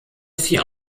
vier